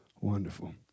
Wonderful